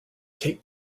take